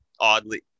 oddly